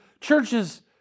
churches